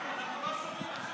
אנחנו לא שומעים, היושב-ראש.